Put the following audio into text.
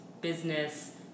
business